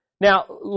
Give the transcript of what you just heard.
Now